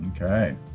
Okay